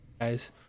guys